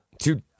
two